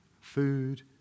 food